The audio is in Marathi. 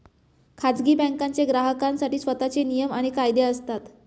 खाजगी बँकांचे ग्राहकांसाठी स्वतःचे नियम आणि कायदे असतात